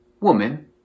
Woman